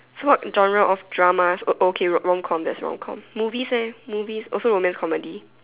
so what genre what of dramas oh okay rom com rom com movies eh movies also romance comedy